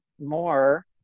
more